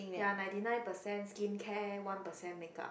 ya ninety nine percent skincare one percent makeup